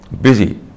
busy